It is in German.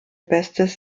bestes